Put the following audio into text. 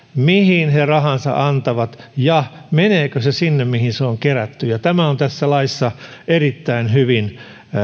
mihin he rahansa antavat ja menevätkö ne sinne mihin ne on kerätty ja tämä on tässä laissa erittäin hyvin